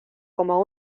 como